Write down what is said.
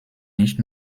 nicht